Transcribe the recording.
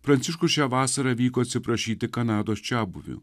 pranciškus šią vasarą vyko atsiprašyti kanados čiabuvių